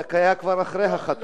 זה היה כבר אחרי החתונה.